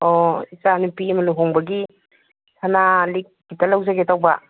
ꯑꯣ ꯏꯆꯥ ꯅꯨꯄꯤ ꯑꯃ ꯂꯨꯍꯣꯡꯕꯒꯤ ꯁꯅꯥ ꯂꯤꯛ ꯈꯤꯇ ꯂꯧꯖꯒꯦ ꯇꯧꯕ